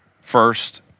first